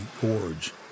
gorge